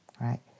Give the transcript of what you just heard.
right